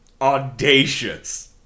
audacious